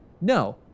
No